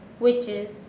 which is,